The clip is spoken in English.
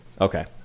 Okay